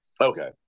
Okay